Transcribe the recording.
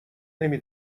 نمی